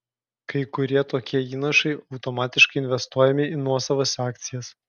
kai kurie tokie įnašai automatiškai investuojami į nuosavas akcijas